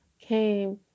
came